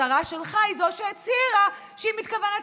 השרה שלך היא שהצהירה שהיא מתכוונת